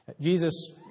Jesus